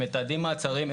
הם מתעדים מעצרים,